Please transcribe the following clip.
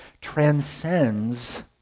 transcends